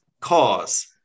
cause